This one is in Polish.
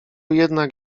jednak